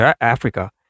Africa